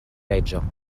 reĝo